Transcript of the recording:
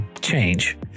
change